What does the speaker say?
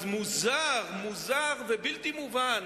אז מוזר ובלתי מובן